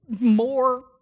more